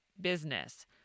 business